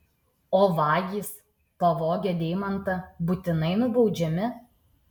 o vagys pavogę deimantą būtinai nubaudžiami